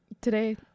today